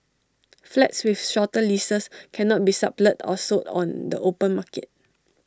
flats with shorter leases cannot be sublet or sold on the open market